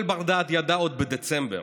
כל בר-דעת ידע עוד בדצמבר